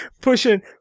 pushing